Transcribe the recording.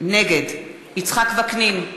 נגד יצחק וקנין,